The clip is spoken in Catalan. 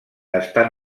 estan